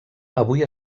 avui